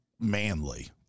manly